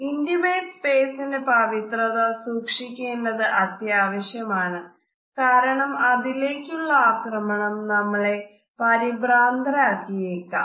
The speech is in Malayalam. ഇന്റിമേറ്റ് സ്പേസിന്റെ പവിത്രത സൂക്ഷിക്കേണ്ടത് അത്യാവശ്യമാണ് കാരണം അതിലേക്കുള്ള ആക്രമണം നമ്മെ പരിഭ്രാന്തരാക്കിയേക്കാം